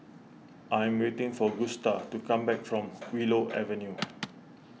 I am waiting for Gusta to come back from Willow Avenue